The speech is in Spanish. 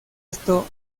esto